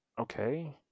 Okay